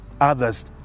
others